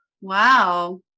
Wow